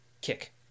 Kick